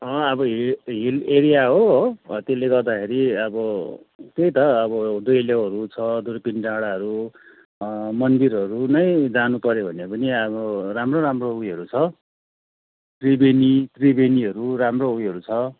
अब हि hill area हो हो हो त्यसले गर्दाखेरि अब त्यही त अब डोलोहरू छ दुर्बिन डाँडाहरू मन्दिरहरू नै जानपर्यो भने पनि अब राम्रो राम्रो उयोहरू छ त्रिवेणी त्रिवेणीहरू राम्रो उयोहरू छ